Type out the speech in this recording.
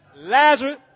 Lazarus